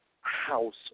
house